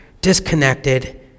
disconnected